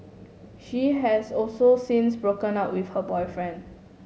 she has also since broken up with her boyfriend